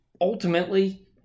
ultimately